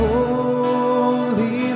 Holy